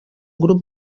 grup